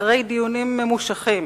אחרי דיונים ממושכים